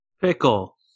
pickle